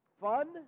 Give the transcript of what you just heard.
Fun